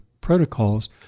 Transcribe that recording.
protocols